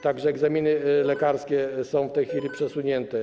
Także egzaminy lekarskie są w tej chwili przesunięte.